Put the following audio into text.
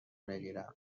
بگیرم